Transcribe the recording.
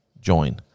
join